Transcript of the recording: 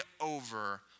over